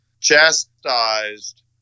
chastised